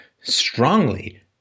strongly